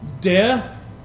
death